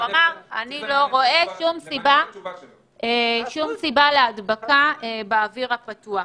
הוא אמר: אני לא רואה שום סיבה להדבקה באוויר הפתוח.